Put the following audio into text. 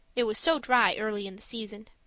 it was so dry early in the season.